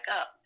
up